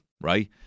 right